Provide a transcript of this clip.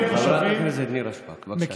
חברת הכנסת נירה שפק, בבקשה.